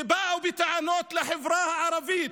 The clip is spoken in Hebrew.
ובאו בטענות לחברה הערבית